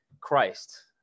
Christ